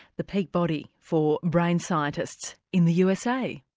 the peak body for brain scientists in the usa.